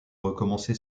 recommencer